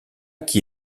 qui